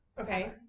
Okay